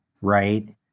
right